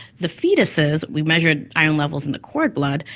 the foetuses, we measured iron levels in the cord blood,